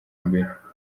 imbere